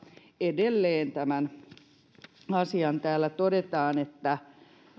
edelleen yhden asian täällä todetaan